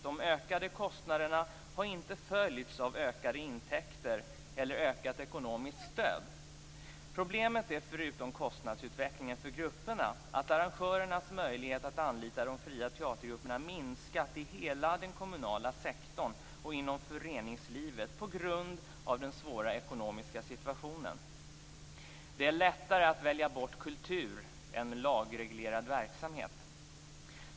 De ökade kostnaderna har inte följts av ökade intäkter eller ökat ekonomiskt stöd. Problemet är, förutom kostnadsutvecklingen för grupperna, att arrangörernas möjlighet att anlita de fria teatergrupperna minskat i hela den kommunala sektorn och inom föreningslivet på grund av den svåra ekonomiska situationen. Det är lättare att välja bort kultur än lagreglerad verksamhet.